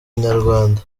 inyarwanda